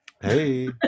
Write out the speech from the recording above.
Hey